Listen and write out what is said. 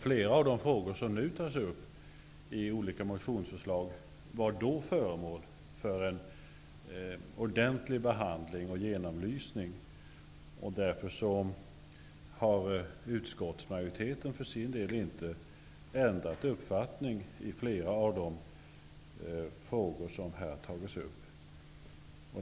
Flera av de frågor som nu tas upp i olika motionsförslag var då föremål för en ordentlig behandling och genomlysning. Därför har utskottsmajoriteten för sin del inte ändrat uppfattning i flera av de frågor som här har tagits upp.